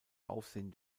aufsehen